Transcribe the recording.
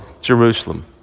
Jerusalem